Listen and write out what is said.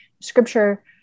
scripture